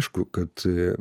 aišku kad